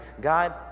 God